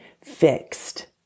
fixed